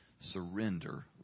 Surrender